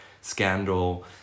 scandal